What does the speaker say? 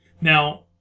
Now